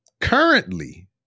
currently